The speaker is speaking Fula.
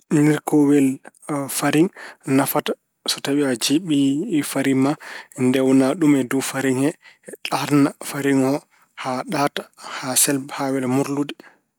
Nirkoowel fariŋ nafata ko so tawi a jiɓii fariŋ ma, ndewna ɗum e dow fariŋ he, ɗaatna fariŋ o haa ɗaata, haa selba, haa wela morlude.